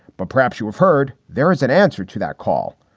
but perhaps you have heard there is an answer to that call.